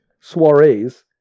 soirees